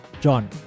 John